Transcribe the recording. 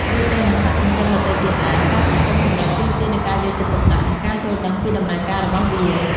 ដូចទៅនឹងសត្វចិញ្ចឹមដទៃទៀតដែរ ការថែទាំចង្រិតទាមទារនូវការយកចិត្តទុកដាក់ និងការយល់ដឹងពីតម្រូវការរបស់វា។